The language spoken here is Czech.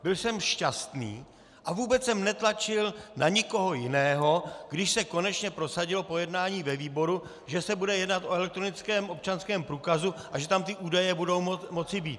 Byl jsem šťastný a vůbec jsem netlačil na nikoho jiného, když se konečně prosadilo po jednání ve výboru, že se bude jednat o elektronickém občanském průkazu a že tam ty údaje budou moci být.